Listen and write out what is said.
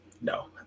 No